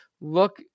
look